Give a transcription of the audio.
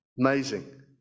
Amazing